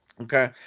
Okay